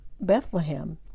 Bethlehem